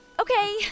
Okay